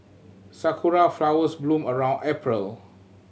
sakura flowers bloom around April